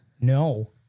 No